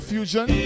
Fusion